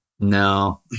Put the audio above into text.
no